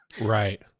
Right